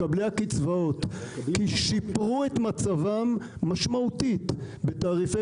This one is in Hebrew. מקבלי הקצבאות שיפרו את מצבם משמעותית בתעריפי